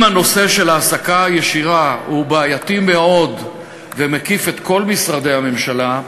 אם הנושא של ההעסקה הישירה הוא בעייתי מאוד ומקיף את כל משרדי הממשלה,